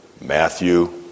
Matthew